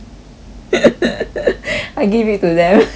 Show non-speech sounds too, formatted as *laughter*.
*noise* I give it to them *laughs*